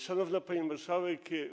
Szanowna Pani Marszałek!